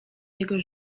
jego